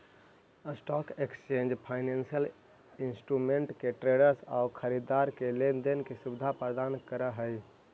stock exchange financial instrument के traders आउ खरीदार के लेन देन के सुविधा प्रदान करऽ हइ